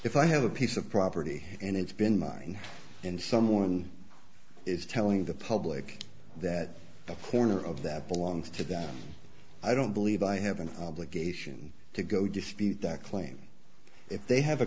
if i have a piece of property and it's been mine and someone is telling the public that the corner of that belongs to them i don't believe i have an obligation to go dispute that claim if they have a